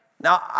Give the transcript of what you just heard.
Now